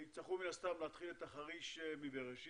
יצטרכו מן הסתם להתחיל את החריש מבראשית.